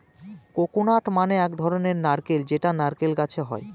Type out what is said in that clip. coconut মানে এক ধরনের নারকেল যেটা নারকেল গাছে হয়